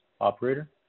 Operator